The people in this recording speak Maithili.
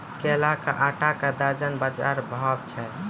केला के आटा का दर्जन बाजार भाव छ?